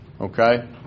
okay